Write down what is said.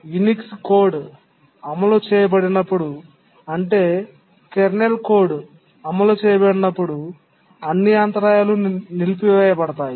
Unix code అమలు చేయబడినప్పుడు అంటే కెర్నల్ కోడ్ అమలు చేయబడినప్పుడు అన్ని అంతరాయాలు నిలిపివేయబడతాయి